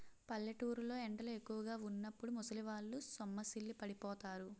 పల్లెటూరు లో ఎండలు ఎక్కువుగా వున్నప్పుడు ముసలివాళ్ళు సొమ్మసిల్లి పడిపోతారు